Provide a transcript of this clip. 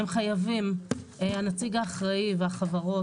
הנציג האחראי והחברות,